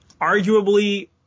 arguably